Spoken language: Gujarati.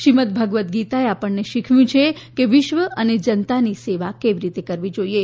શ્રીમદ ભગવદ ગીતાએ આપણને શીખવ્યું કે વિશ્વ અને જનતાની સેવા કેવી રીતે કરવી જોઇએ